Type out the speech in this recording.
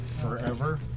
forever